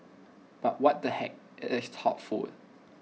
but what the heck IT is thoughtful